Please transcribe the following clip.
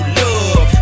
love